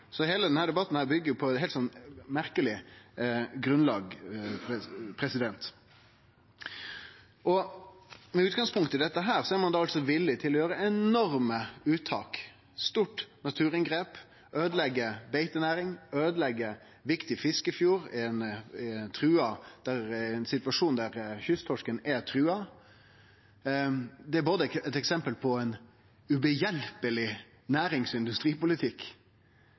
Så heile denne debatten byggjer på eit heilt merkeleg grunnlag. Med utgangspunkt i dette er ein altså villig til å gjere enorme uttak, eit stort naturinngrep, øydeleggje beitenæring, øydeleggje ein viktig fiskefjord – i ein situasjon der kysttorsken er trua. Det er eit eksempel på både ein hjelpelaus nærings- og industripolitikk